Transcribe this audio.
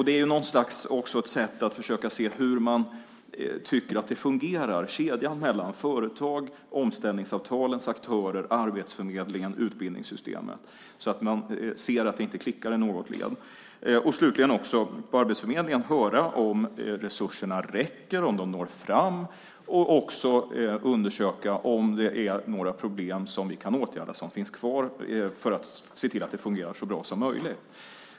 Det är också ett sätt att försöka se hur man tycker att det fungerar med kedjan mellan företag, omställningsavtalens aktörer, Arbetsförmedlingen och utbildningssystemet, så att det inte klickar i något led. Slutligen ville jag också på Arbetsförmedlingen höra om resurserna räcker och når fram och undersöka om det är några problem som finns kvar som vi kan åtgärda för att se till att det fungerar så bra som möjligt.